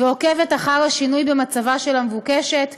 ועוקבת אחר השינוי במצבה של המבוקשת,